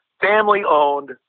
family-owned